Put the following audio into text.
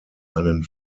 einen